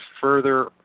further